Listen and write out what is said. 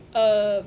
err